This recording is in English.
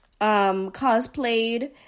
cosplayed